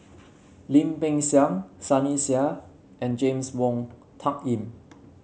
Lim Peng Siang Sunny Sia and James Wong Tuck Yim